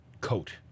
coat